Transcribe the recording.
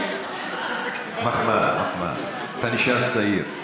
אתה נשאר צעיר.